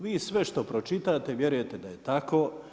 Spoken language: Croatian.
Vi sve što pročitate vjerujete da je tako.